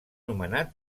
nomenat